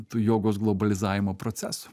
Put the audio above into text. tų jogos globalizavimo procesų